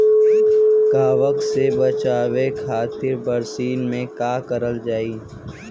कवक से बचावे खातिन बरसीन मे का करल जाई?